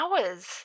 hours